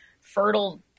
fertile